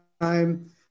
time